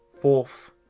Fourth